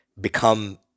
become